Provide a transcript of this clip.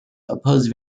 oppose